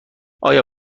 آیا